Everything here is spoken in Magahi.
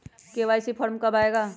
के.वाई.सी फॉर्म कब आए गा?